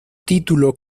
título